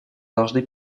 должны